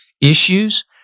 issues